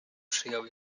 przyjął